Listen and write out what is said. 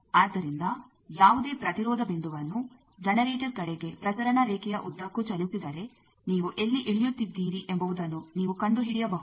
ಆದ್ದರಿಂದ ಯಾವುದೇ ಪ್ರತಿರೋಧ ಬಿಂದುವನ್ನು ಜನೆರೇಟರ್ ಕಡೆಗೆ ಪ್ರಸರಣ ರೇಖೆಯ ಉದ್ದಕ್ಕೂ ಚಲಿಸಿದರೆ ನೀವು ಎಲ್ಲಿ ಇಳಿಯುತ್ತಿದ್ದೀರಿ ಎಂಬುವುದನ್ನು ನೀವು ಕಂಡುಹಿಡಿಯಬಹುದು